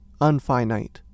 unfinite